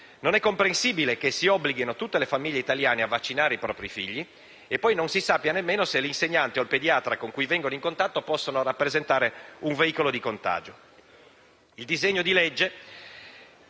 Non è comprensibile infatti che si obblighino tutte le famiglie italiane a vaccinare i propri figli e poi non si sappia nemmeno se l'insegnante o il pediatra con cui vengono in contatto possa rappresentare un veicolo di contagio.